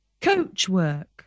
Coachwork